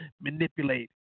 manipulate